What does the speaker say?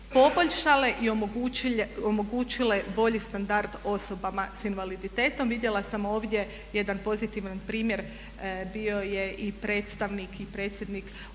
i omogućile bolji standard osobama sa invaliditetom. Vidjela sam ovdje jedan pozitivan primjer bio je i predstavnik i predsjednik Udruge